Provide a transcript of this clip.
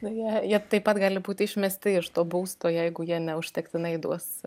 na jie jie taip pat gali būti išmesti iš to būsto jeigu jie neužtektinai duos